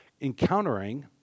encountering